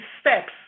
steps